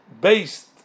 based